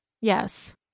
Yes